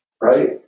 right